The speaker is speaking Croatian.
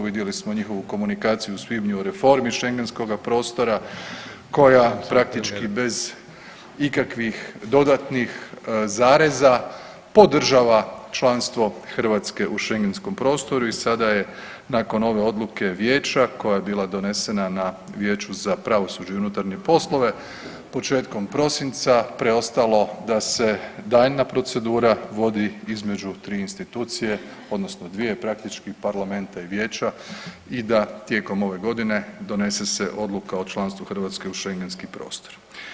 Vidjeli smo njihovu komunikaciju u svibnju o reformi šengenskoga prostora koja praktički bez ikakvih dodatnih zareza podržava članstvo Hrvatske u šengenskom prostoru i sada je nakon ove odluke vijeća koja je bila donesena na Vijeću za pravosuđe i unutarnje poslove početkom prosinca preostalo da se daljnja procedura vodi između 3 institucije odnosno dvije praktički parlamenta i vijeća i da tijekom ove godine donese se odluka o članstvu Hrvatske u šengenski prostor.